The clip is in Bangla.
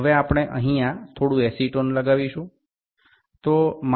তো আমরা এখানে কিছু অ্যাসিটোন প্রয়োগ করেছি